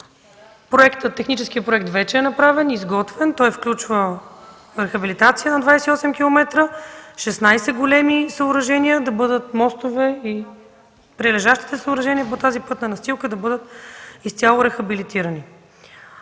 Техническият проект вече е направен. Той включва рехабилитация на 28 км, 16 големи съоръжения – мостове, а прилежащите съоръжения по тази пътна настилка да бъдат изцяло рехабилитирани.